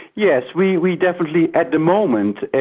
yes, we we definitely, at the moment,